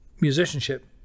musicianship